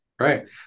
right